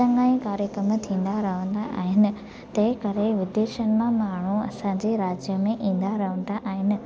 चङा ई कार्यक्रम थींदा रहंदा आहिनि तंहिं करे विदेशनि मां माण्हू असांजे राज्य में ईंदा रहंदा आहिनि